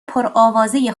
پرآوازه